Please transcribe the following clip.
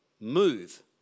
Move